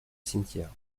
cimetière